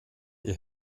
ihr